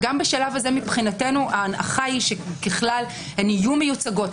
גם בשלב הזה מבחינתנו ההנחה היא שככלל הן יהיו מיוצגות.